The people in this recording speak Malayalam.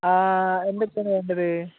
എന്തൊക്കെയാണ് വേണ്ടത്